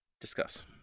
Discuss